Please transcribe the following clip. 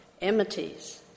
enmities